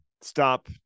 Stop